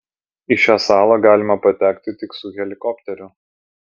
į šią salą galima patekti tik su helikopteriu